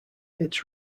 its